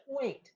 point